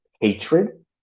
hatred